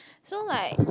so like